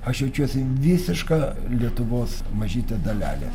aš jaučiuosi visiška lietuvos mažytė dalelė